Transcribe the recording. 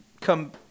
come